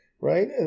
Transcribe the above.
Right